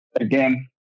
again